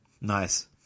Nice